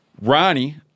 Ronnie